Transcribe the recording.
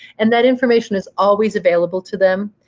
and that information is always available to them.